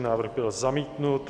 Návrh byl zamítnut.